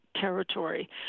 territory